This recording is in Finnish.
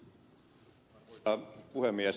arvoisa puhemies